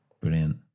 Brilliant